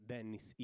Dennis